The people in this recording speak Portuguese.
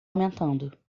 aumentando